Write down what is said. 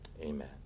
amen